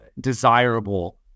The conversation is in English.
desirable